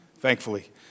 thankfully